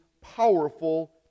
powerful